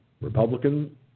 Republican